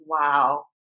Wow